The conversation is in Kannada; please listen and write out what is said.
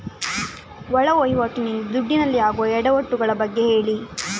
ಒಳ ವಹಿವಾಟಿ ನಿಂದ ದುಡ್ಡಿನಲ್ಲಿ ಆಗುವ ಎಡವಟ್ಟು ಗಳ ಬಗ್ಗೆ ಹೇಳಿ